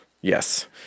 Yes